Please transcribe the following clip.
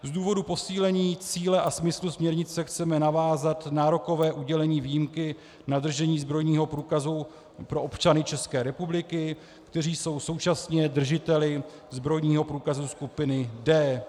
Z důvodu posílení cíle a smyslu směrnice chceme navázat nárokové udělení výjimky na držení zbrojního průkazu pro občany České republiky, kteří jsou současně držiteli zbrojního průkazu skupiny D.